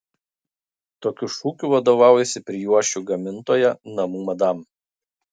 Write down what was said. tokiu šūkiu vadovaujasi prijuosčių gamintoja namų madam